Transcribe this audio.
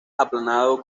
aplanado